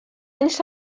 anys